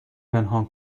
پنهان